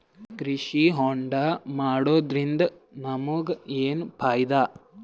ಕೃಷಿ ಹೋಂಡಾ ಮಾಡೋದ್ರಿಂದ ನಮಗ ಏನ್ ಫಾಯಿದಾ?